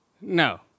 No